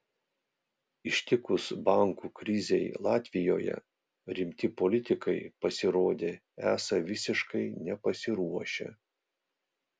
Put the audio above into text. ištikus bankų krizei latvijoje rimti politikai pasirodė esą visiškai nepasiruošę